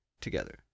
together